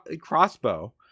crossbow